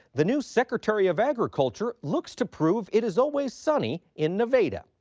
the new secretary of agriculture looks to prove it is always sunny in nevada.